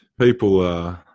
people